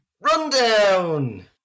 rundown